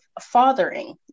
fathering